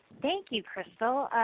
thank you crystal.